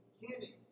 beginning